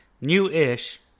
newish